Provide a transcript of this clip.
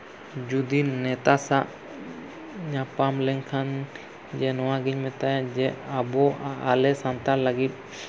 ᱡᱩᱫᱤ ᱱᱮᱛᱟ ᱥᱟᱞᱟᱜ ᱧᱟᱯᱟᱢ ᱞᱮᱱᱠᱷᱟᱱ ᱡᱮ ᱱᱚᱣᱟᱜᱤᱧ ᱢᱮᱛᱟᱭᱟ ᱡᱮ ᱟᱵᱚ ᱟᱞᱮ ᱥᱟᱱᱛᱟᱲ ᱞᱟᱹᱜᱤᱫ